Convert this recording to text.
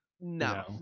no